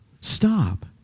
Stop